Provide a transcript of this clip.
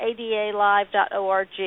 adalive.org